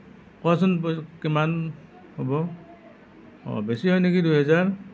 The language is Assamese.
কোৱাচোন কিমান হ'ব বেছি হয় নেকি দুহেজাৰ